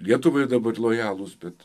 lietuvai dabar lojalūs bet